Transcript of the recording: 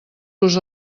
los